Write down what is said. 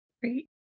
Great